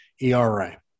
ERA